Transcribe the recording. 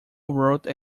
wrote